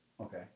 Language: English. Okay